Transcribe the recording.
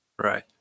Right